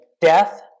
death